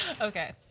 Okay